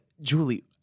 Julie